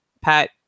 Pat